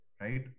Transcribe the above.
right